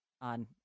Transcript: On